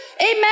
Amen